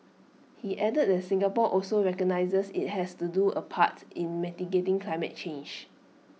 he added that Singapore also recognises IT has to do A part in mitigating climate change